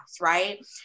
right